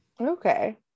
Okay